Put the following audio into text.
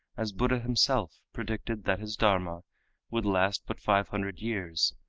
as buddha himself predicted that his dharma would last but five hundred years,